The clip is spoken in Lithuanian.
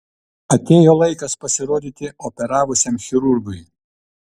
atėjo laikas pasirodyti operavusiam chirurgui